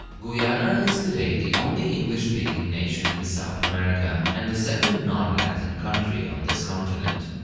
guyana is today the only english speaking nation in south america, and the second non-latin country on this continent.